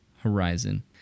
horizon